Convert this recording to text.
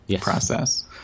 process